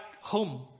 home